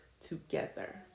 together